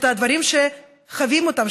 את הדברים שחווים אותם,